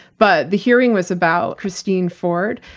but the hearing was about christine ford.